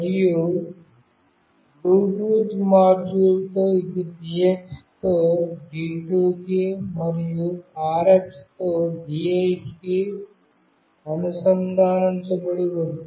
మరియు బ్లూటూత్ మాడ్యూల్తో ఇది TX తో D2 కి మరియు RX తో D8 కి అనుసంధానించబడి ఉంది